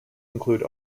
include